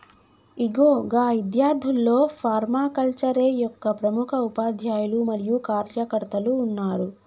ఇగో గా ఇద్యార్థుల్లో ఫర్మాకల్చరే యొక్క ప్రముఖ ఉపాధ్యాయులు మరియు కార్యకర్తలు ఉన్నారు